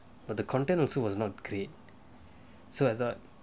but the content also was not great so I thought